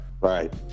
right